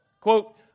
quote